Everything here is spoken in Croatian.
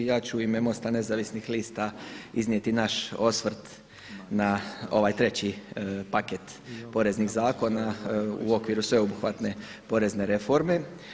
Ja ću u ime MOST-a nezavisnih lista iznijeti naš osvrt na ovaj treći paket poreznih zakona u okviru sveobuhvatne porezne reforme.